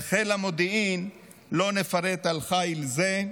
בחיל המודיעין, לא נפרט על חיל זה,